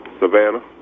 Savannah